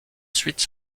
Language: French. ensuite